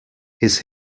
his